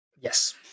Yes